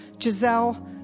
Giselle